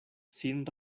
sin